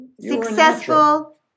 successful